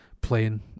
playing